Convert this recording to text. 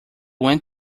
went